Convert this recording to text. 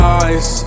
eyes